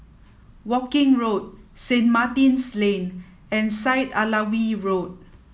Woking Road Saint Martin's Lane and Syed Alwi Road